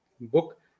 Book